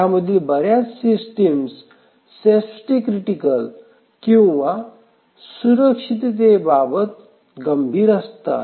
त्यामधील बऱ्याच systems safety critical किंवा सुरक्षिततेबाबत गंभीर असतात